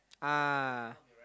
ah